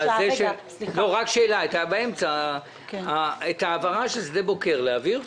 -- את העברה של שדה בוקר להעביר?